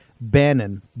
Bannon